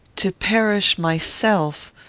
to perish myself,